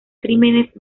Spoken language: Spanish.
crímenes